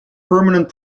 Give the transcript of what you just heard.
permanent